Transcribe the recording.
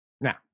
Now